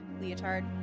leotard